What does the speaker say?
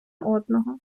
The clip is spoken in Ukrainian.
одного